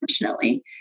unfortunately